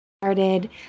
started